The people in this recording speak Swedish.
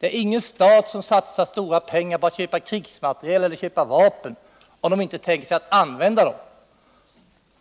Ingen stat satsar stora pengar på att köpa vapen eller krigsmateriel om den inte tänkt sig att använda dem.